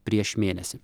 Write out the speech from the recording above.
prieš mėnesį